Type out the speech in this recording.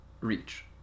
reach